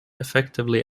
effectively